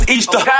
Easter